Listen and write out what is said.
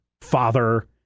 father